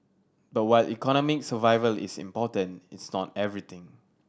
but while economic survival is important it's not everything